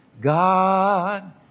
God